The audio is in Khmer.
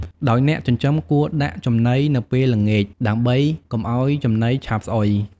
ដោយអ្នកចិញ្ចឹមគួរដាក់ចំណីនៅពេលល្ងាច ដើម្បីកុំឲ្យចំណីឆាប់ស្អុយ។